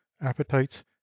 appetites